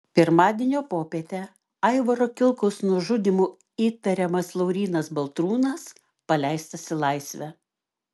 pirmadienio popietę aivaro kilkaus nužudymu įtariamas laurynas baltrūnas paleistas į laisvę